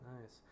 Nice